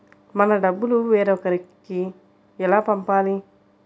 మన డబ్బులు వేరొకరికి ఎలా పంపాలి?